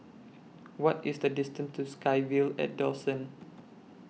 What IS The distance to SkyVille At Dawson